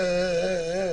אה-אה-אה.